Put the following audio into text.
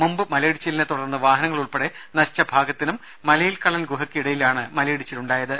മുമ്പ് മലയിടിച്ചിലിനെ തുടർന്ന് വാഹനങ്ങൾ ഉൾപ്പെടെ നശിച്ച ഭാഗത്തിനും മലയിൽക്കള്ളൻ ഗുഹയ്ക്ക് ഇടയിലായാണ് മലയിടിച്ചിൽ ഉണ്ടായത്